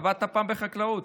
עבדת פעם בחקלאות?